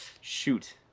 Shoot